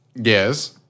Yes